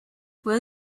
will